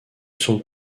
sont